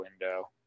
window